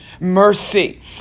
mercy